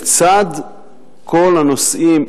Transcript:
לצד כל הנושאים,